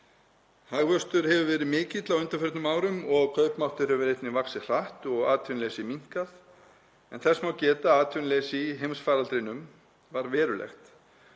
Hagvöxtur hefur verið mikill á undanförnum árum og kaupmáttur hefur einnig vaxið hratt og atvinnuleysi minnkað en þess má geta að atvinnuleysi í heimsfaraldrinum var verulegt